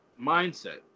mindset